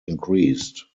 increased